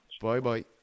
Bye-bye